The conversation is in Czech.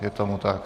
Je tomu tak.